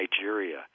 Nigeria